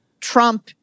Trump